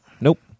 Nope